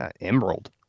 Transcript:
emerald